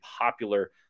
popular